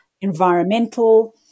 environmental